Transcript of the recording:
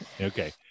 Okay